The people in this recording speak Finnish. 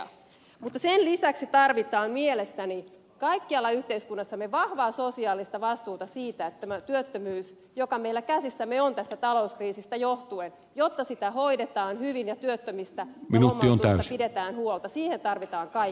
mutta sen lisäksi tarvitaan mielestäni kaikkialla yhteiskunnassamme vahvaa sosiaalista vastuuta siitä että työttömyyttä joka meillä on käsissämme tästä talouskriisistä johtuen hoidetaan hyvin ja työttömistä ja lomautetuista pidetään huolta ja siihen tarvitaan kaikkia